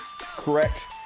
correct